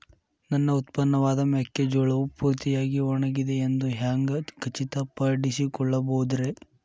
ನನ್ನ ಉತ್ಪನ್ನವಾದ ಮೆಕ್ಕೆಜೋಳವು ಪೂರ್ತಿಯಾಗಿ ಒಣಗಿದೆ ಎಂದು ಹ್ಯಾಂಗ ಖಚಿತ ಪಡಿಸಿಕೊಳ್ಳಬಹುದರೇ?